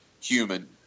human